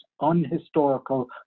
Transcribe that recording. unhistorical